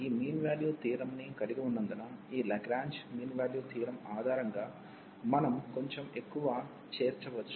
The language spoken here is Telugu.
ఈ మీన్ వాల్యూ థియోరమ్ ని కలిగి ఉన్నందున ఈ లాగ్రేంజ్ మీన్ వాల్యూ థియోరమ్ ఆధారంగా మనం కొంచెం ఎక్కువ చేర్చవచ్చు